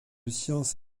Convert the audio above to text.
science